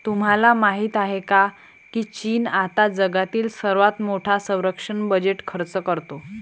तुम्हाला माहिती आहे का की चीन आता जगातील सर्वात मोठा संरक्षण बजेट खर्च करतो?